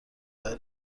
برای